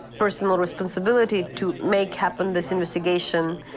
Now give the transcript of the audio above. personal responsibility to make happen, this investigation,